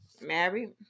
married